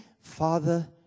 Father